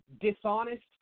dishonest